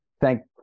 thank